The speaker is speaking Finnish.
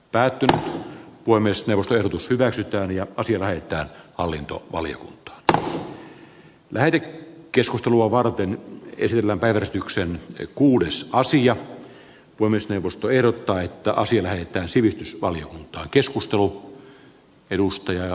päätyä voimistelusta ehdotus hyväksytään joko sillä että hallinto oli tuo väriä keskustelua varten esillä äänestyksen kuudes vuosi ja ponnistelusta erottaa että asia on että sivistysvaliokunta arvoisa puhemies